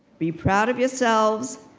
be proud of yourselves,